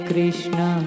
Krishna